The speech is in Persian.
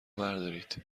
بردارید